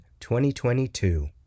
2022